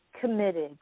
committed